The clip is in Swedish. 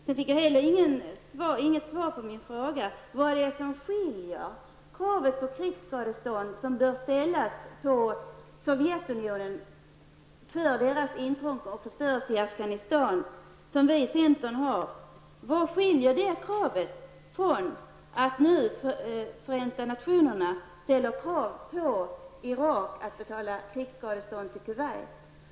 Jag fick inte heller svar på min fråga vad som skiljer kravet på krigsskadestånd som enligt centerns mening bör ställas på Sovjetunionen för Sovjets förstörelse i Afghanistan och att Förenta nationerna nu ställer krav på Irak att betala krigsskadestånd till Kuwait.